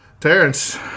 Terrence